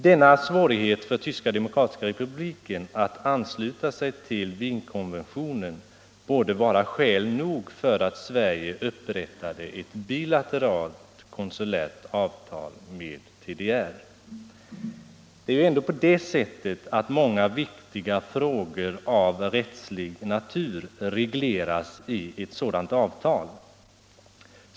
Denna svårighet för Tyska demokratiska republiken att ansluta sig till Wienkonventionen borde vara skäl nog för att Sverige upprättade ett bilateralt konsulärt avtal med TDR. Det är ändå på det sättet att många viktiga frågor av rättslig natur regleras i ett sådant avtal.